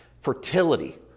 fertility